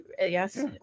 yes